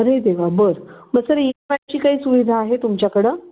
अरे देवा बरं मग सर ई एम आयची काही सुविधा आहे तुमच्याकडं